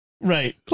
right